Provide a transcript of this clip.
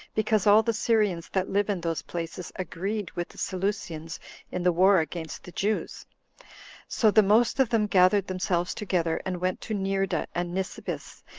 because all the syrians that live in those places agreed with the seleucians in the war against the jews so the most of them gathered themselves together, and went to neerda and nisibis,